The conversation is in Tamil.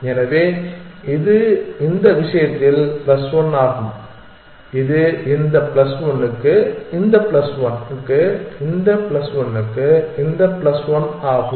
எனவே இது இந்த விஷயத்தில் பிளஸ் 1 ஆகும் இது இந்த பிளஸ் 1 க்கு இந்த பிளஸ் 1 க்கு இந்த பிளஸ் 1 க்கு இந்த பிளஸ் 1 ஆகும்